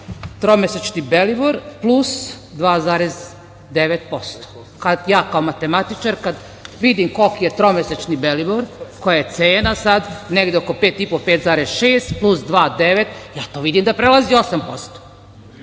tromesečni belibor plus 2,9%. Kad ja kao matematičar vidim koliki je tromesečni belibor, koja je cena sada, negde oko 5,5%, 5,6%, plus 2% je 9%, ja to vidim da prelazi 8%.